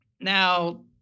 Now